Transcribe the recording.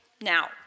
Now